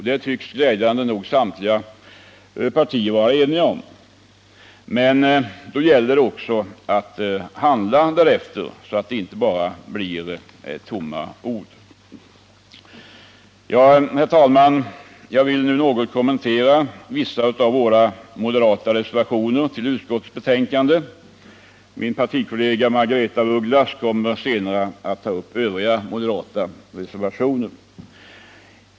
Detta tycks glädjande nog samtliga partier vara eniga om. Men då gäller det också att handla därefter, så att det inte blir bara tomma ord. Efter detta vill jag, herr talman, något kommentera vissa moderata reservationer till utskottets betänkande. Min partikollega Margaretha af Ugglas kommer senare att ta upp övriga moderata reservationer.